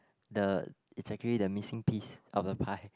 the it's actually the missing piece of the pie